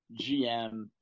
GM